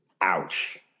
Ouch